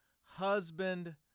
husband